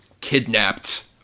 kidnapped